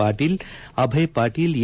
Patil Abhay Patil A